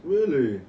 really